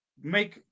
make